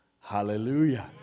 Hallelujah